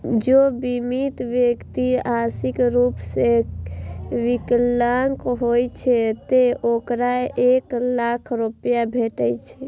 जौं बीमित व्यक्ति आंशिक रूप सं विकलांग होइ छै, ते ओकरा एक लाख रुपैया भेटै छै